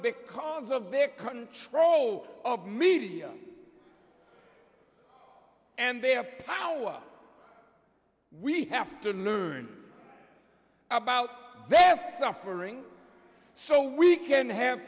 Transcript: because of their control of media and their power we have to learn about their suffering so we can have